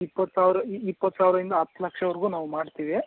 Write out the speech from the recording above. ಇಪ್ಪತ್ತು ಸಾವಿರ ಈ ಇಪ್ಪತ್ತು ಸಾವಿರ ಇಂದ ಹತ್ತು ಲಕ್ಷವರೆಗೂ ನಾವು ಮಾಡ್ತೀವಿ